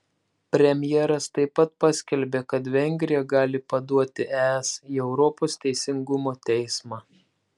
premjeras taip pat paskelbė kad vengrija gali paduoti es į europos teisingumo teismą